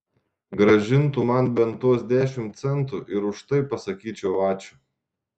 grąžintų man bent tuos dešimt centų ir už tai pasakyčiau ačiū